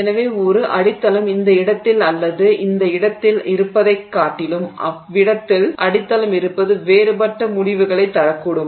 எனவே ஒரு அடித்தளம் இந்த இடத்தில் அல்லது இந்த இடத்தில் இருப்பதைக் காட்டிலும் அவ்விடத்தில் அடித்தளம் இருப்பது வேறுபட்ட முடிவுகளைத் தரக்கூடும்